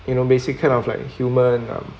you know basic kind of like human um